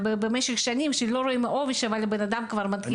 במשך שנים לא רואים אותו אבל האדם מרגיש.